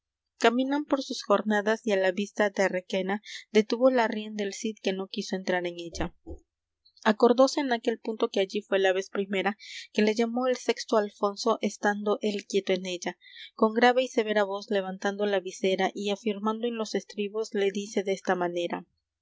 caminan por sus jornadas y á la vista de requena detuvo la rienda el cid que no quiso entrar en ella acordóse en aquel punto que allí fué la vez primera que le llamó el sexto alfonso estando él quieto en ella con grave y severa voz levantando la visera y afirmando en los estribos la dice desta manera